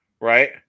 right